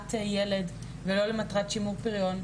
הבאת ילד ולא למטרת שימור פריון,